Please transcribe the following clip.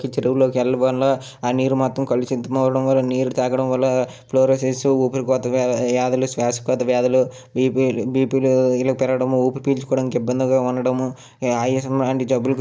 సెల్లుకి పరిమితం అవడం వల్ల ఆరోగ్యాలు పోతున్నాయి మానసికంగా మానసికంగా ఇబ్బంది పడుతున్నారు అలాగే శారీరకంగా కూడా ఇబ్బంది పడుతున్నాయో మొబైలు చాలా నష్టాలు సెల్లు వల్ల ఉన్నాయి కానీ ప్రయోజనాలు అయితే లేవు ఆరోగ్యాలు కూడా దెబ్బతింటున్నాయి